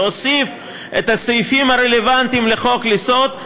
והוסיף את הסעיפים הרלוונטיים לחוק-יסוד,